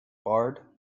barred